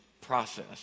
process